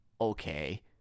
Okay